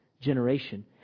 generation